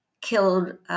killed